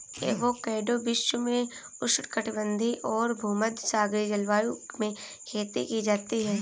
avocado विश्व में उष्णकटिबंधीय और भूमध्यसागरीय जलवायु में खेती की जाती है